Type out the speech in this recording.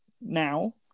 now